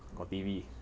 got T_V